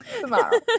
Tomorrow